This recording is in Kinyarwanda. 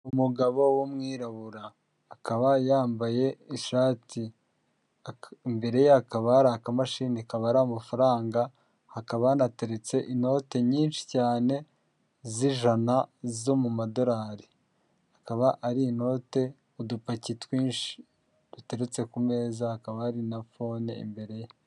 Umugabo w'umwirabura akaba yambaye ishati imberekaba ari akamashini kaba ari amafaranga hakaba anateretse inote nyinshi cyane z'ijana zo mu madorari akaba ari inote udupaki twinshi duturutse ku meza akaba hari nanone imbere ye.